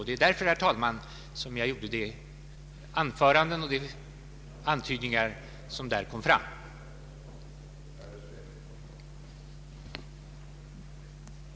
Det är därför, herr talman, som jag ville göra de antydningar som kom fram i mitt anförande.